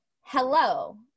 hello